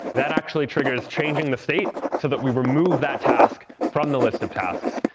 that actually triggers changing the state so that we remove that task from the list of tasks,